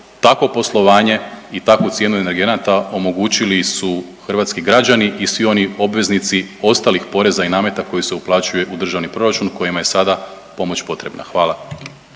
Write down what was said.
takvo poslovanje i takvu cijenu energenata omogućili su hrvatski građani i svi oni obveznici ostalih poreza i nameta koji se uplaćuje u državni proračun, kojima je sada pomoć potrebna. Hvala.